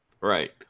Right